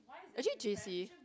actually J_C